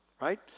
right